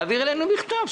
להעביר אלינו בכתב,